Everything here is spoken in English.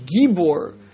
gibor